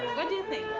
what do you think?